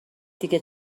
دیگه